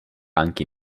anche